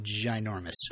ginormous